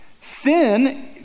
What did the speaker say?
Sin